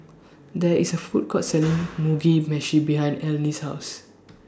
There IS A Food Court Selling Mugi Meshi behind Eleni's House